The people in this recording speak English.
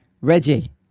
Reggie